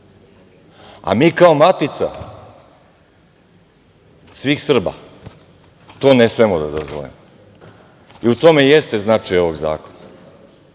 A mi kao matica svih Srba to ne smemo da dozvolimo.U tome i jeste značaj ovog zakona.